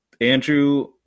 Andrew